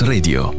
Radio